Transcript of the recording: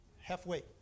halfway